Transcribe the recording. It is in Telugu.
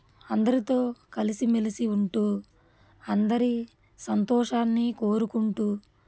అందరితో కలిసి మెలిసి ఉంటూ అందరి సంతోషాన్ని కోరుకుంటూ